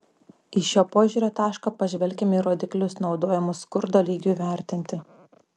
iš šio požiūrio taško pažvelkime į rodiklius naudojamus skurdo lygiui vertinti